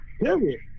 Period